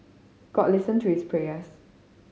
god listen to his prayers